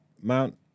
Mount